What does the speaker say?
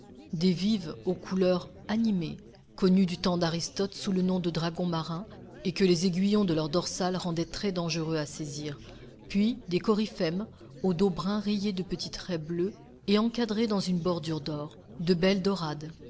des vives aux couleurs animées connues du temps d'aristote sous le nom de dragons marins et que les aiguillons de leur dorsale rendent très dangereux à saisir puis des coryphèmes au dos brun rayé de petites raies bleues et encadré dans une bordure d'or de belles dorades